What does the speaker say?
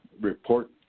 report